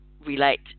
relate